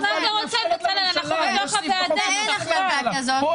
אבל אתה רוצה --- אבל אין החלטה כזו,